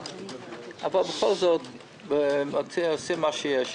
אבל בכל זאת עושים מה שיש.